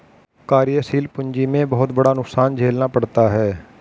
कार्यशील पूंजी में बहुत बड़ा नुकसान झेलना पड़ता है